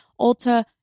Ulta